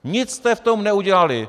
Nic jste v tom neudělali.